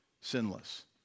sinless